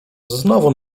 znowu